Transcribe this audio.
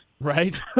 Right